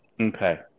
Okay